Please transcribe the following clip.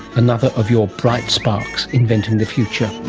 another of your bright sparks inventing the future.